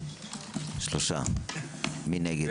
מי נגד?